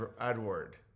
Edward